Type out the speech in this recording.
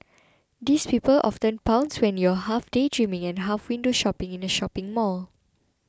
these people often pounce when you're half daydreaming and half window shopping in a shopping mall